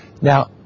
Now